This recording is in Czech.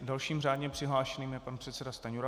Dalším řádně přihlášeným je pan předseda Stanjura.